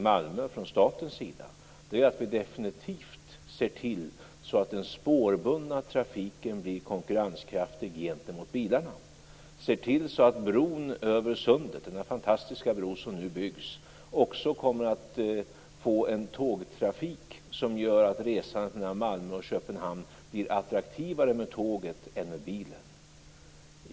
Vad vi från statens sida nu gör i Malmö är att vi ser till att den spårbundna trafiken definitivt blir konkurrenskraftig gentemot bilarna. Vi ser till att bron över sundet - denna fantastiska bro som nu byggs - också kommer att få en tågtrafik som gör att resandet mellan Malmö och Köpenhamn blir attraktivare med tåget än med bilen.